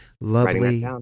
Lovely